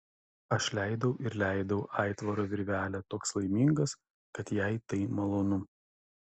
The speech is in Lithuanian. aš leidau ir leidau aitvaro virvelę toks laimingas kad jai tai malonu